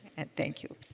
and thank you.